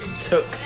took